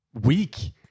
week